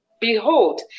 Behold